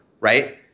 right